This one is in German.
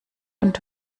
und